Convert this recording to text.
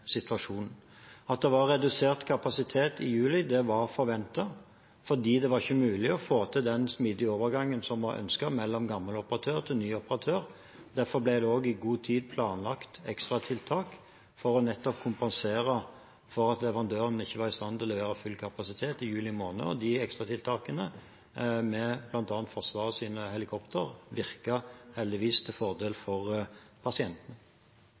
At det var redusert kapasitet i juli, var forventet, fordi det ikke var mulig å få til den smidige overgangen som var ønsket mellom gammel og ny operatør. Derfor ble det også i god tid planlagt ekstratiltak for nettopp å kompensere for at leverandøren ikke var i stand til å levere full kapasitet i juli måned. Disse ekstratiltakene, bl.a. med Forsvarets helikoptre, virket heldigvis til fordel for pasientene.